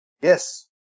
Yes